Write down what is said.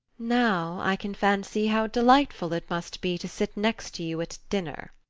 now i can fancy how delightful it must be to sit next to you at dinner.